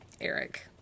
eric